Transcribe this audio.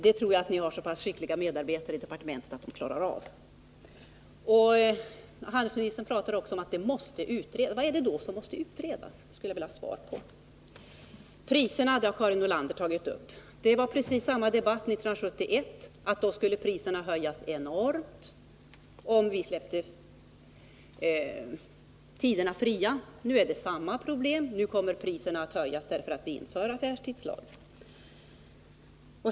Jag tror att ni har så skickliga medarbetare i departementet att ni klarar av detta. Handelsministern talar också om att detta måste utredas. Vad är det som måste utredas? Det skulle jag vilja ha svar på. Karin Nordlander har tagit upp frågan om priserna. Vi hade precis samma debatt 1971. Då sades det att priserna skulle höjas enormt om vi släppte tiderna fria. Nu sägs det att priserna kommer att höjas därför att vi inför en affärstidslag.